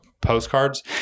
postcards